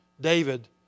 David